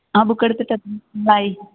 ആ ബുക്ക് എടുത്തിട്ടെന്തായി